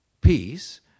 peace